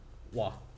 !wah!